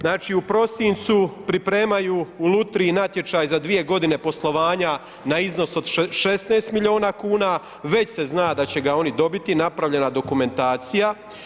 Znači u prosincu pripremaju u lutriji natječaj za dvije godine poslovanje na iznos od 16 milijuna kuna, već se zna da će ga oni dobiti, napravljena dokumentacija.